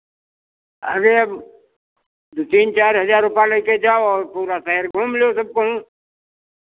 अरे अब दो तीन चार हज़ार रुपैया लेके जाओ और पूरा शहर घूम लो सब कहुँ